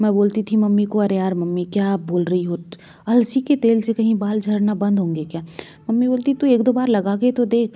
मैं बोलती थी मम्मी को अरे यार मम्मी क्या बोल रही हो अलसी के तेल से कहीं बाल झड़ना बंद होंगे क्या मम्मी बोलती तू एक दो बार लगा कर तो देख